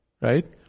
right